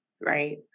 right